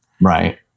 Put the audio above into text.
Right